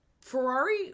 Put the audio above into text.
Ferrari